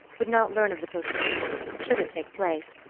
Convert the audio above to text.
would not learn of the postponement, should it take place,